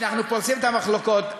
שאנחנו פורצים את המחלוקות,